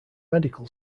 medical